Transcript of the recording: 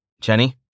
Jenny